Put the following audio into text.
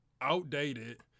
outdated